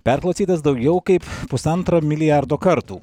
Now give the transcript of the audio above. perklausytas daugiau kaip pusantro milijardo kartų